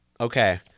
Okay